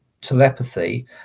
telepathy